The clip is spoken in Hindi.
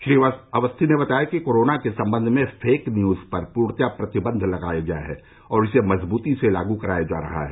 श्री अवस्थी ने बताया कि कोरोना के सम्बन्ध में फेक न्यूज पर पूर्णतया प्रतिबन्ध लगाया गया है और इसे मजबूती से लागू कराया जा रहा है